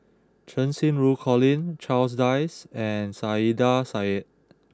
Cheng Xinru Colin Charles Dyce and Saiedah Said